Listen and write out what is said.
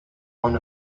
one